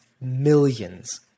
millions